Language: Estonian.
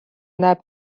näeb